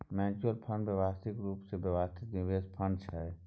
mutual fund व्यावसायिक रूप सँ व्यवस्थित निवेश फंड छै